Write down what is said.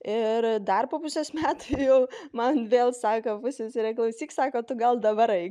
ir dar po pusės metų jau man vėl sako pusseserė klausyk sako tu gal dabar eik